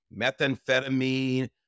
methamphetamine